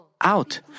out